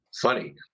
funny